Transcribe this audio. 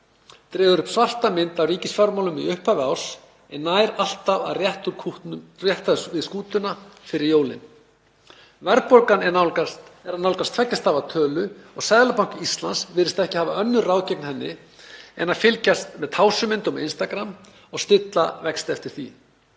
dregur upp svarta mynd af ríkisfjármálum í upphafi árs en nær alltaf að rétta við skútuna fyrir jólin. Verðbólga er að nálgast tveggja stafa tölu og Seðlabanki Íslands virðist ekki hafa önnur ráð gegn henni en að fylgjast með tásumyndum á Instagram og stilla vexti eftir því.